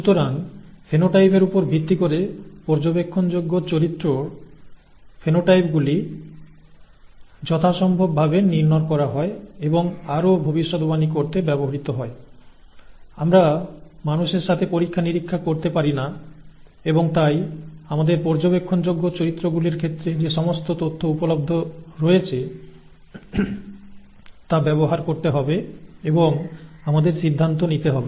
সুতরাং ফিনোটাইপের উপর ভিত্তি করে পর্যবেক্ষণযোগ্য চরিত্রগ জিনোটাইপগুলি যথাসম্ভব ভাবে নির্ণয় করা হয় এবং আরও ভবিষ্যদ্বাণী করতে ব্যবহৃত হয় আমরা মানুষের সাথে পরীক্ষা নিরীক্ষা করতে পারি না এবং তাই আমাদের পর্যবেক্ষণযোগ্য চরিত্রগুলির ক্ষেত্রে যে সমস্ত তথ্য উপলব্ধ রয়েছে তা ব্যবহার করতে হবে এবং আমাদের সিদ্ধান্ত নিতে হবে